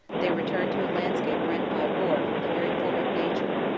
they returned to a landscape rent by war from the very form of nature,